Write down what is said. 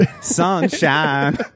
sunshine